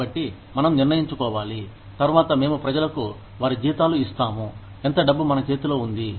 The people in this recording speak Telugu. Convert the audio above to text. కాబట్టి మనం నిర్ణయించుకోవాలి తర్వాత మేము ప్రజలకు వారి జీతాలు ఇస్తాము ఎంత డబ్బు మన చేతిలో ఉంది